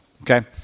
Okay